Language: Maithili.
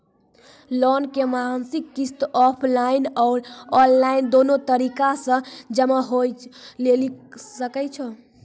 लोन के मासिक किस्त ऑफलाइन और ऑनलाइन दोनो तरीका से जमा होय लेली सकै छै?